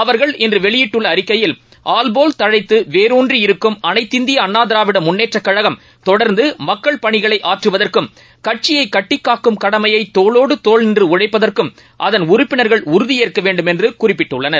அவர்கள்இன்றவெளியிட்டுள்ளஅறிக்கையில் தழைத்துவேரூன்றி இருக்கும் ஆல்போல் அனைத்திந்திய அண்ணாதிராவிடமுன்னேற்றக் கழகம் தொடர்ந்துமக்கள் பணிகளை ஆற்றுவதற்கும் கட்சியைகட்டிக்காக்கும் கடமையைதோளோடுதோள் நின்றுஉழைப்பதற்கும் அதன் உறுப்பினர்கள் உறுதியேற்கவேண்டும் என்றுகுறிப்பிட்டுள்ளனர்